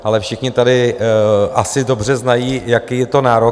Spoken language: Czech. Ale všichni tady asi dobře znají, jaký je to nárok.